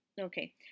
okay